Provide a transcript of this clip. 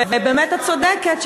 ובאמת את צודקת,